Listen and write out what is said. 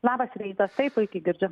labas rytas taip puikiai girdžiu